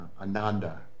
Ananda